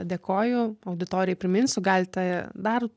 dėkoju auditorijai priminsiu galite dar